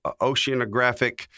Oceanographic